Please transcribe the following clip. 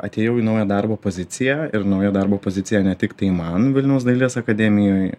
atėjau į naują darbo poziciją ir nauja darbo pozicija ne tiktai man vilniaus dailės akademijoj